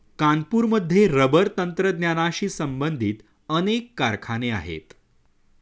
कानपूरमध्ये रबर तंत्रज्ञानाशी संबंधित अनेक कारखाने आहेत